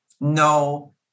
No